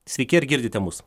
sveiki ar girdite mus